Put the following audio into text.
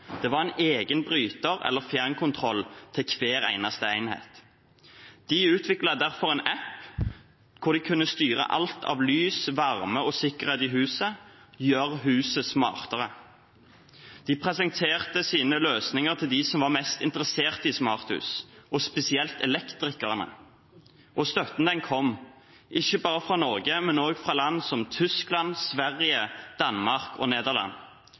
Det var en egen bryter eller fjernkontroll til hver eneste enhet. De utviklet derfor en app hvor de kunne styre alt av lys, varme og sikkerhet i huset – gjøre huset smartere. De presenterte sine løsninger for dem som var mest interessert i smarthus, og spesielt elektrikerne. Og støtten kom, ikke bare fra Norge, men også fra land som Tyskland, Sverige, Danmark og Nederland.